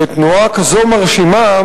ותנועה כזו מרשימה,